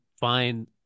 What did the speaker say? find